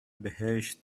بهشت